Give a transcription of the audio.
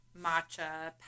matcha